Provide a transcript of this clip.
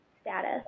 status